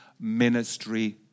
ministry